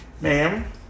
Ma'am